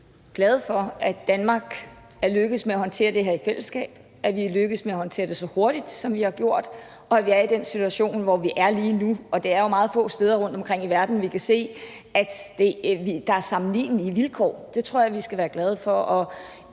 glade for, at Danmark er lykkedes med at håndtere det her i fællesskab, at vi er lykkedes med at håndtere det så hurtigt, som vi har gjort, og at vi er i den situation, som vi er i lige nu. Og det er jo meget få steder rundtomkring i verden, hvor vi kan se, at der er sammenlignelige vilkår – det tror jeg at vi skal være glade for